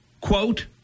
quote